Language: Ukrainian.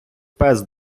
пес